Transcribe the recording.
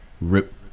rip